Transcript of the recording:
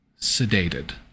sedated